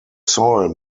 soil